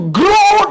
grow